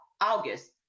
August